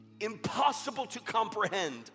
impossible-to-comprehend